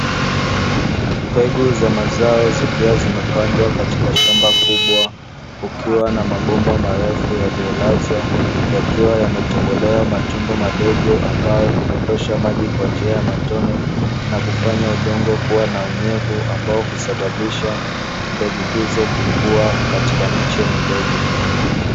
Mbegu za mazao zikiwa zimepandwa katika shamba kubwa kukiwa na mabomba marefu yaliyolazwa yakiwa yametobolewa matundu madogo ambayo hudondosha maji kwa njia ya matone na kufanya udongo kuwa na unyevu ambao husababisha mbegu hizo kukuwa katika miche midogo.